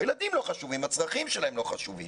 הילדים לא חשובים, הצרכים שלהם לא חשובים.